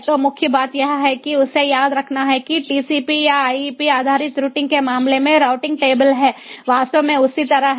तो मुख्य बात यह है कि उसे याद रखना है कि टीसीपी आईपी आधारित रूटिंग के मामले में राउटिंग टेबल है वास्तव में उसी तरह है